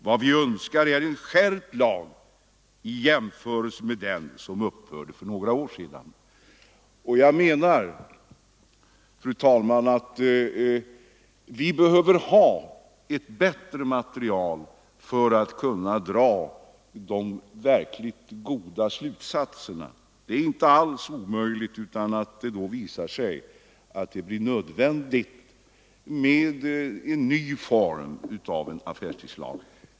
Vad vi önskar är en skärpt lag i jämförelse med den som upphörde för några år sedan.” Jag menar, fru talman, att vi behöver ha ett bättre material för att kunna dra de verkligt goda slutsatserna. Det är inte alls omöjligt att det då visar sig nödvändigt med en ny form av affärstidslag.